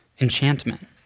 enchantment